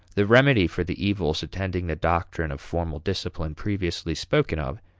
the remedy for the evils attending the doctrine of formal discipline previously spoken of,